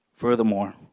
Furthermore